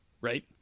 Right